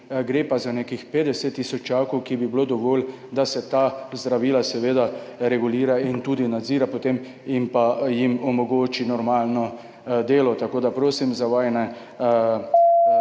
Gre pa za nekih 50 tisočakov, kar bi bilo dovolj, da se ta zdravila regulira in tudi nadzira, da se jim omogoči normalno delo. Tako da prosim za vajine